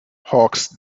hawkes